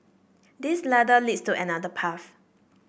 this ladder leads to another path